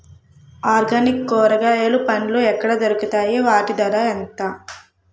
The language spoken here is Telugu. ఆర్గనిక్ కూరగాయలు పండ్లు ఎక్కడ దొరుకుతాయి? వాటి ధర ఎంత?